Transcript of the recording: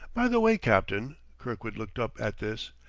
by the way, captain! kirkwood looked up at this,